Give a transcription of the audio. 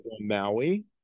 Maui